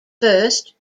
first